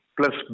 Plus